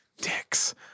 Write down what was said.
Dicks